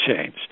change